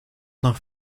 nach